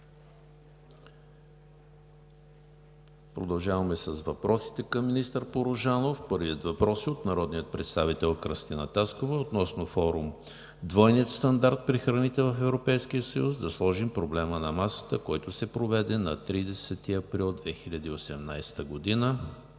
Продължаваме с въпросите към министър Порожанов: Първият въпрос е от народния представител Кръстина Таскова относно форум „Двойният стандарт при храните в Европейския съюз – да сложим проблема на масата!“, който се проведе на 30 април 2018 г.